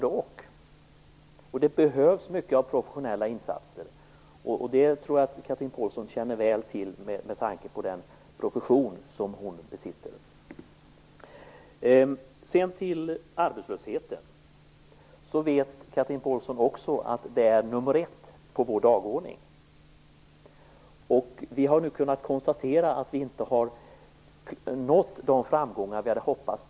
Det skall finnas både-och. Det behövs många professionela insatser. Det tror jag att Chatrine Pålsson väl känner till med tanke på den profession hon har. Sedan några ord om arbetslösheten. Chatrine Pålsson vet att den frågan är nummer 1 på vår dagordning. Vi har inte med traditionella metoder nått de framgångar som vi hade hoppats.